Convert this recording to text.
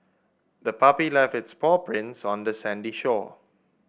the puppy left its paw prints on the sandy shore